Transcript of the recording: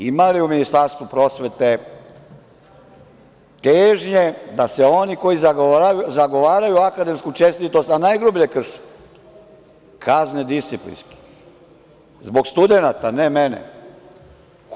Ima li u Ministarstvu prosvete težnje da se oni koji zagovaraju akademsku čestitost, a najgrublje krše, kazne disciplinski, zbog studenata, ne zbog mene?